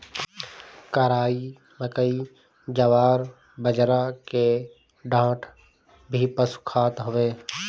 कराई, मकई, जवार, बजरा के डांठ भी पशु खात हवे